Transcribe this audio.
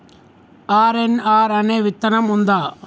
RNR అనే విత్తనం ఉందా?